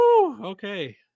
Okay